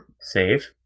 save